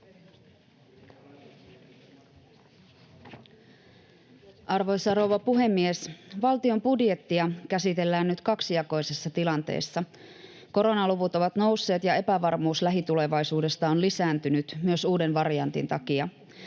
Arvoisa rouva puhemies! Valtion budjettia käsitellään nyt kaksijakoisessa tilanteessa. Koronaluvut ovat nousseet ja epävarmuus lähitulevaisuudesta on lisääntynyt, myös uuden variantin takia.